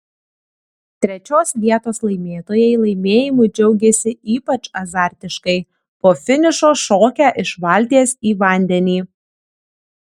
trečios vietos laimėtojai laimėjimu džiaugėsi ypač azartiškai po finišo šokę iš valties į vandenį